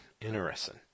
Interesting